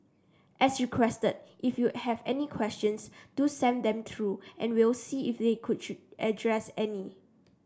as requested if you have any questions do send them through and we'll see if they could address any